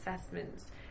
assessments